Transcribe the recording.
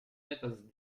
etwas